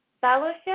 fellowship